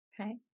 Okay